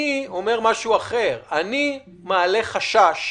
אני אומר משהו אחר, אני מעלה חשש